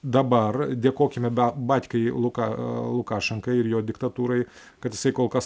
dabar dėkokime batkai luka lukašenkai ir jo diktatūrai kad jisai kol kas